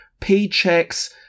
paychecks